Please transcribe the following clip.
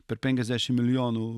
per penkiasdešimt milijonų